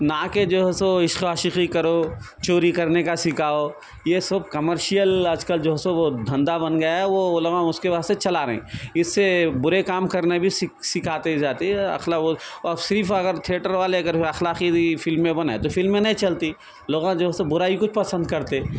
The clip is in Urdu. نا کہ جو ہو سو عشق و عاشقی کرو چوری کرنے کا سکھاؤ یہ سب کمرشیل آج کل جو ہو سو وہ دھندا بن گیا ہے وہ وہ لوگاں اس کے واسطے چلا رہیں اس سے برے کام کرنا بھی سیکھ سکھاتے جاتی اخلاق و صرف اگر تھیئٹر والے اگر اخلاقی بھی فلمیں بنائیں تو فلمیں نہیں چلتیں لوگاں جو ہو سو برائی کو ہی پسند کرتے